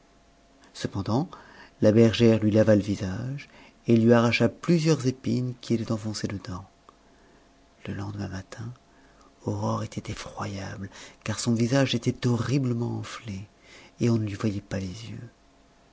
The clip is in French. cependant la bergère lui lava le visage et lui arracha plusieurs épines qui étaient enfoncées dedans le lendemain matin aurore était effroyable car son visage était horriblement enflé et on ne lui voyait pas les yeux